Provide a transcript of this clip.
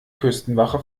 küstenwache